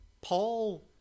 Paul